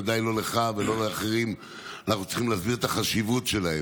אנחנו לא צריכים להסביר את החשיבות שלהם,